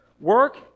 work